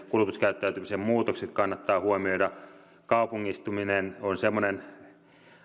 kulutuskäyttäytymisen muutokset kannattaa huomioida kaupungistuminen on semmoinen